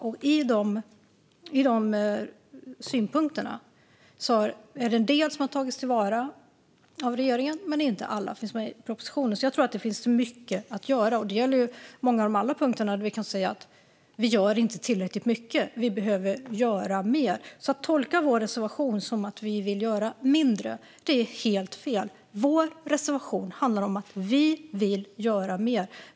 En del av synpunkterna har tagits till vara av regeringen, men alla finns inte med i propositionen. Jag tror alltså att det finns mycket att göra, och det gäller många av punkterna. Vi kan säga: Vi gör inte tillräckligt mycket. Vi behöver göra mer. Att tolka vår reservation som att vi vill göra mindre är helt fel. Vår reservation handlar om att vi vill göra mer.